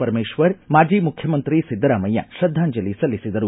ಪರಮೇಶ್ವರ್ ಮಾಜಿ ಮುಖ್ಯಮಂತ್ರಿ ಸಿದ್ದರಾಮಯ್ಯ ಶ್ರದ್ಧಾಂಜಲಿ ಸಲ್ಲಿಸಿದರು